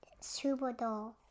Superdoll